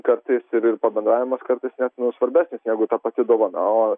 kartais kad ir pabendravimas kartais net nu svarbesnis negu ta pati dovana o